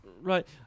Right